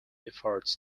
efforts